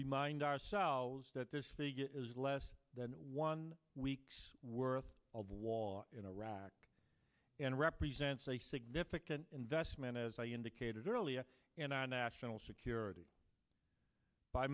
remind ourselves that there is less than one week's worth of law in iraq and represents a significant investment as i indicated earlier in our national security by